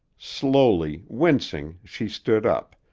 slowly, wincing, she stood up,